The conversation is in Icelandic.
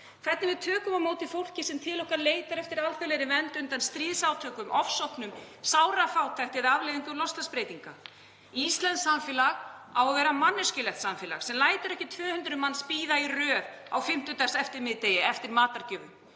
hvernig við tökum á móti fólki sem til okkar leitar eftir alþjóðlegri vernd undan stríðsátökum, ofsóknum, sárafátækt eða afleiðingum loftslagsbreytinga. Íslenskt samfélag á að vera manneskjulegt samfélag sem lætur ekki 200 manns bíða í röð á fimmtudagseftirmiðdegi eftir matargjöfum.